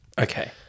Okay